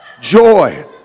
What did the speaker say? Joy